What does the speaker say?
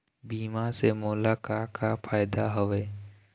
बीमा से मोला का का फायदा हवए?